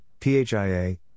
PHIA